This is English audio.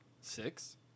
Six